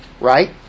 Right